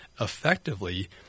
effectively